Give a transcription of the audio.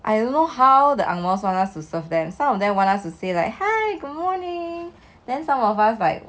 I don't know how the ang mo want us to serve them some of them want us to say like hi good morning then some of us like